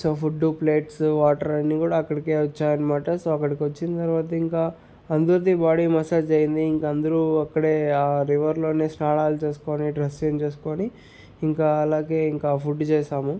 so food plates water అన్నీ కూడా అక్కడికే వచ్చాయనమాట సో అక్కడికొచ్చిన తర్వాత ఇంక అందరిదీ బాడీ మసాజ్ అయ్యింది ఇంకా అందరూ అక్కడే ఆ రివర్లోనే స్నానాలు చేసుకొని డ్రస్ చేంజ్ చేసుకుని ఇంకా అలాగే ఇంకా ఫుడ్ చేసాము